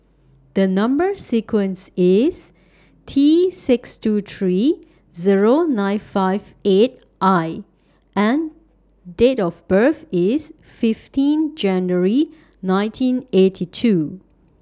Number sequence IS T six two three Zero nine five eight I and Date of birth IS fifteen January nineteen eighty two